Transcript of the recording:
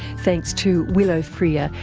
thanks to willow freer,